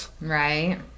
Right